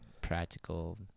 practical